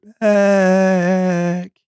back